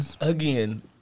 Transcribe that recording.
Again